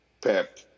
Pep